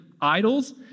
idols